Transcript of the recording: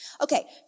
Okay